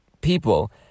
people